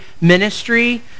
ministry